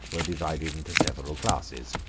were divided into several classes.